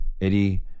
Eddie